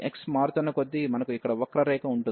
x మారుతున్న కొద్దీ మనకు ఇక్కడ వక్ర రేఖ ఉంటుంది